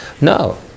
No